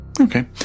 Okay